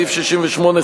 סעיף 68,